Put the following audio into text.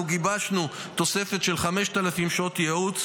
אנחנו גיבשנו תוספת של 5,000 שעות ייעוץ